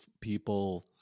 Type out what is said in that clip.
people